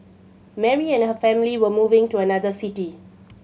Mary and her family were moving to another city